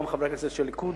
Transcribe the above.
גם חברי הכנסת של הליכוד,